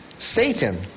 Satan